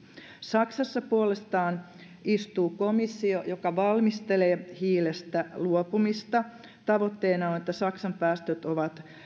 saksassa puolestaan istuu komissio joka valmistelee hiilestä luopumista tavoitteena on on että saksan päästöt ovat